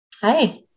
Hi